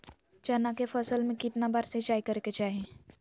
चना के फसल में कितना बार सिंचाई करें के चाहि?